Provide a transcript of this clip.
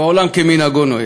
ועולם כמנהגו נוהג.